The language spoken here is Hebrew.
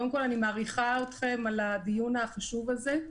קודם כול אני מעריכה אתכם על הדיון החשוב הזה.